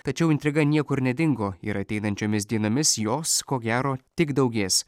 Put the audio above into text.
tačiau intriga niekur nedingo ir ateinančiomis dienomis jos ko gero tik daugės